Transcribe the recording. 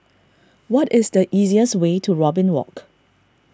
what is the easiest way to Robin Walk